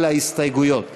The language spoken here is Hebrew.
על ההסתייגויות,